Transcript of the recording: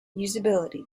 usability